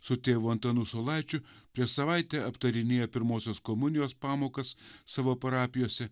su tėvu antanu saulaičiu prieš savaitę aptarinėja pirmosios komunijos pamokas savo parapijose